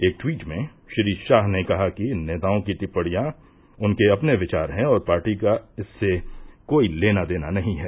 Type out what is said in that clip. एक ट्वीट में श्री शाह ने कहा कि इन नेताओं की टिपणियां उनके अपने विचार हैं और पार्टी का इससे कोई लेना देना नहीं है